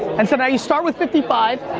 and so now you start with fifty five,